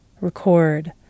record